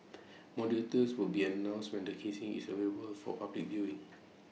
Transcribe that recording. more details will be announced when the casing is available for public viewing